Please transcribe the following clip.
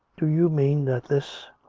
do you mean that this.